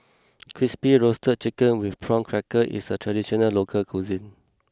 Crispy Roasted Chicken with Prawn Crackers is a traditional local cuisine